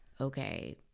Okay